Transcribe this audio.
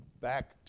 back